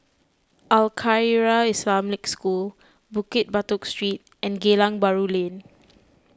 Al Khairiah Islamic School Bukit Batok Street and Geylang Bahru Lane